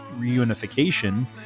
reunification